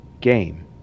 game